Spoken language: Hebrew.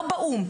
לא באו"ם.